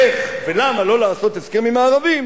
איך ולמה לא לעשות הסכם עם הערבים,